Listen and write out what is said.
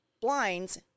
blinds